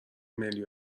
ملی